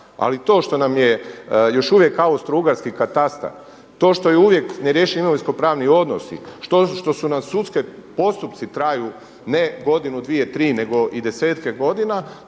Ali to što nam je još uvijek austro-ugarski katastar, to što je uvijek ne riješeni imovinsko pravni odnosi, što su nam sudski postupci traju ne godinu, dvije, tri nego i desetke godina